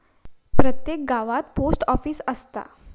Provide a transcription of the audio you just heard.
प्रत्येक गावात post office असता